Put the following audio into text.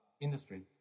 industry